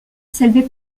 s’élevait